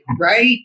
right